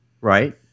Right